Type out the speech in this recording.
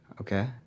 Okay